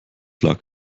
lag